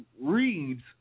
reads